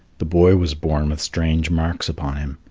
the boy was born with strange marks upon him,